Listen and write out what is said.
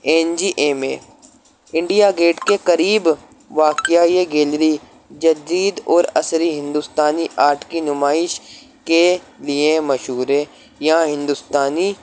N G M A India gate کے قریب واقعہ یہ گیلری جدید اور عصری ہندوستانی آرٹ کی نمائش کے لیے مشہور ہے یا ہندوستانی